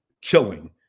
killing